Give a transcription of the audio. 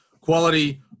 quality